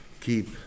keep